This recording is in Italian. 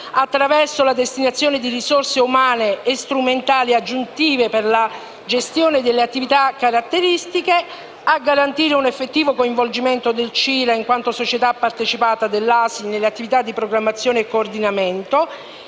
attraverso la destinazione di risorse umane e strumentali aggiuntive per la gestione delle attività caratteristiche, e a garantire un effettivo coinvolgimento del CIRA in quanto società partecipata dell'ASI nelle attività di programmazione coordinamento.